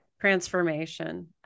transformation